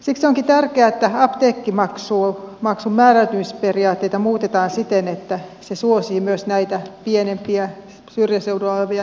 siksi onkin tärkeää että apteekkimaksun määräytymisperiaatteita muutetaan siten että se suosii myös näitä pienempiä syrjäseudulla olevia niin sanottuja sivuapteekkeja